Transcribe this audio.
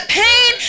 pain